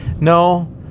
No